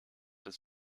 des